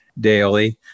daily